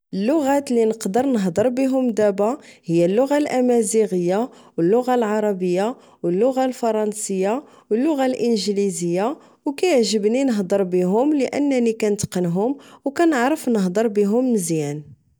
اللغات لي نقدر نهضر بهم دبا هي اللغة الأمازيغية أو اللغة العربية أو اللغة الفرنسية أو اللغة الإنجليزية أو كيعجبني نهضر بهم لأنني كنتقنهم أو كنعرف نهضر بهم مزيان